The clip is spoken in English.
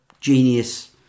genius